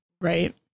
Right